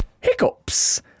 Hiccups